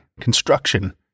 construction